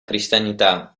cristianità